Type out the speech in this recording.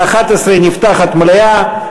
ב-11:00 נפתחת מליאה,